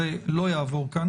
זה לא יעבור כאן